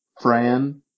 Fran